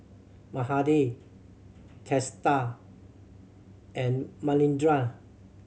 Mahade Teesta and Manindra